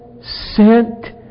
sent